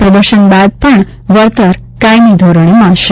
પ્રદર્શન બાદ પણ વળતર કાયમી ધોરણે મળશે